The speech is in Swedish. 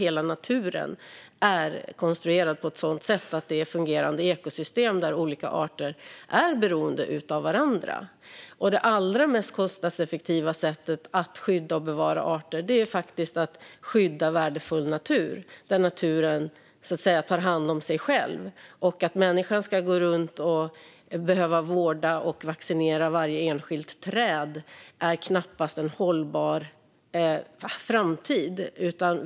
Hela naturen är konstruerad på ett sådant sätt att det är fungerande ekosystem där olika arter är beroende av varandra. Det allra mest kostnadseffektiva sättet att skydda och bevara arter är faktiskt att skydda värdefull natur, där naturen så att säga tar hand om sig själv. Att människan ska behöva gå runt och vårda och vaccinera varje enskilt träd är knappast en hållbar framtid.